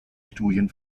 studien